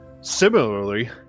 Similarly